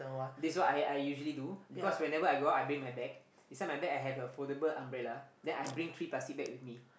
this one I I usually do because whenever I go out I bring my bag inside my bag I have a foldable umbrella then I bring three plastic bag with me